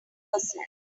herself